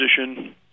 position